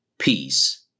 Peace